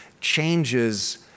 changes